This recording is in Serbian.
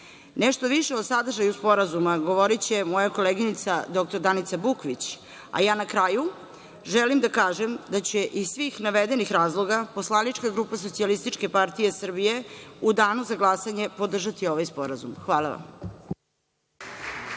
svega. Nešto više o sadržaju sporazuma govoriće moja koleginica dr Danica Bukvić, a ja na kraju želim da kažem da će iz svih navedenih razloga Poslanička grupa SPS u Danu za glasanje podržati ovaj sporazum. Hvala vam.